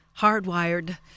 hardwired